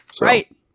right